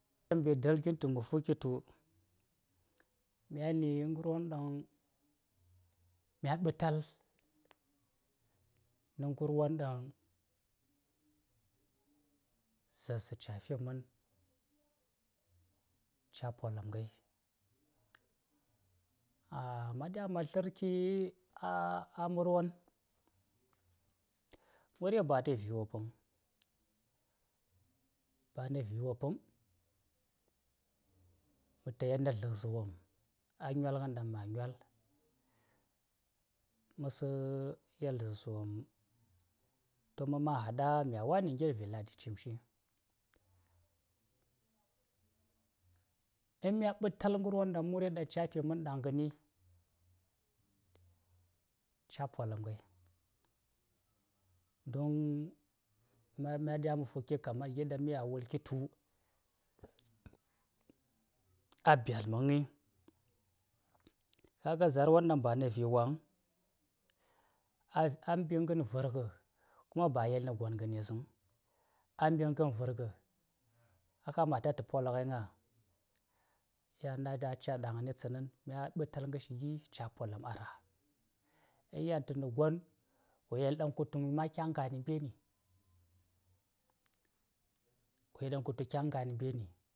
﻿Myan dali gin tuma fuki tu myani ngarwon ɗaŋ mya ɓital; na ngarwon ɗaŋ zarsa ca fimanɗi ca polamnghai. Ma ɗya ma larki a-a murwon. Muri ba na viwopmiŋ, ba na viwopmiŋ, ma ta yel na zlaŋsawpm, a nyolghan ɗaŋ mya nyol, ma sla yel zlaŋsawopm. Ma ta man hada, mya wana ngil vinladi cimshi. In mya ɓital ngarwon ɗaŋ muri ca fi-man ɗanghani, ca polamnghai, don myan mya dya fuki kaman gi ɗaŋ maya wu̱lki tu, a byaltmanghi, ka ga zaar won ɗaŋ ba na viwa vaŋ a-a mbi gan vir-ngh, kuma ba a yel gwonganes vaŋ, a mbi gan virgh, a kamata ta polghai ŋa? Yan daca ɗaŋni tsanan, mya ɓital ngarshi gica polam a-a ra. In yan tu na gwon, wo yel ɗaŋ kutung ma kya ngana mɓerni, wo yel dang kutung kya ngha nh mberni.